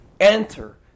enter